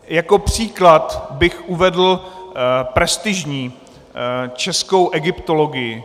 Jako příklad bych uvedl prestižní českou egyptologii.